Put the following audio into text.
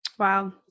Wow